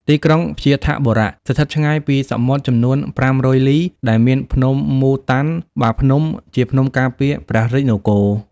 ទីក្រុង វ្យាធបុរៈ ស្ថិតឆ្ងាយពីសមុទ្រចំនួន ៥០០ លី ដែលមានភ្នំ ម៉ូតាន់ បាភ្នំ» ជាភ្នំការពារព្រះរាជនគរ ។